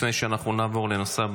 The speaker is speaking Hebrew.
לפני שנעבור לנושא הבא,